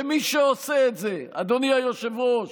ומי שעושה את זה, אדוני היושב-ראש,